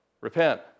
Repent